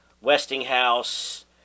Westinghouse